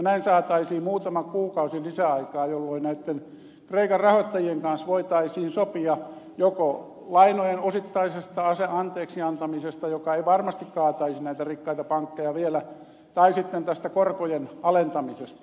näin saataisiin muutama kuukausi lisäaikaa jolloin näitten kreikan rahoittajien kanssa voitaisiin sopia joko lainojen osittaisesta anteeksiantamisesta joka ei varmasti kaataisi näitä rikkaita pankkeja vielä tai sitten tästä korkojen alentamisesta